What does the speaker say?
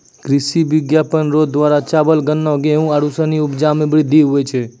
कृषि विपणन रो द्वारा चावल, गन्ना, गेहू आरू सनी उपजा मे वृद्धि हुवै छै